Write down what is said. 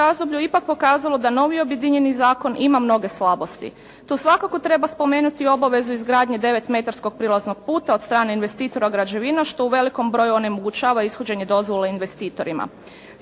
razdoblju ipak pokazalo da novi objedinjeni zakon ima mnoge slabosti. Tu svakako treba spomenuti obavezu izgradnje devetmetarskog prilaznog puta od strane investitora građevina što u velikom broju onemogućava ishođenje dozvola investitorima.